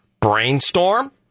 brainstorm